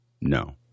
No